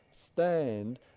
stand